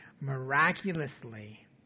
miraculously